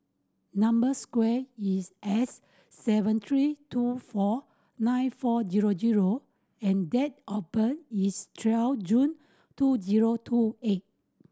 number square is S seven three two four nine four zero zero and date of birth is twelve June two zero two eight